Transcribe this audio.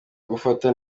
gufata